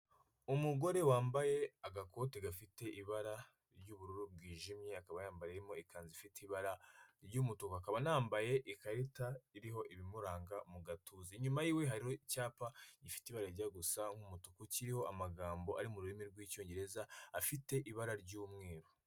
Umugore wambaye agakote gafite ibara ry'ubururu bwijimye akaba yambayemo ikanzu ifite ibara ry'umutuku, akaba anambaye ikarita iriho ibimuranga mu gatuza, inyuma y'iwe hariho icyapa gifite ibara gusa nk'umutuku kiriho amagambo ari mu rurimi rw'icyongereza afite ibara ry'umweru.